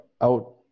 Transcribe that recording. out